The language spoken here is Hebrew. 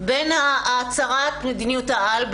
בין הצהרת מדיניות העל,